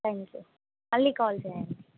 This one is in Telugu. థ్యాంక్ యూ మళ్ళీ కాల్ చేయండి